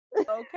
Okay